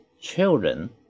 children